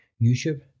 youtube